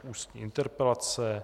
Ústní interpelace